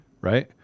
Right